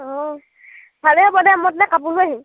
অ ভালেই হ'ব দে মই তোলৈ কাপোৰ লৈ আহিম